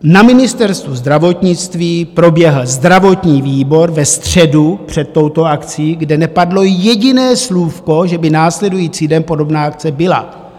Na Ministerstvu zdravotnictví proběhl zdravotní výbor ve středu před touto akcí, kde nepadlo jediné slůvko, že by následující den podobná akce byla.